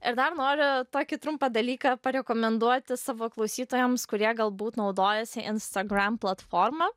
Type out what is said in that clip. ir dar noriu tokį trumpą dalyką parekomenduoti savo klausytojams kurie galbūt naudojasi instagram platforma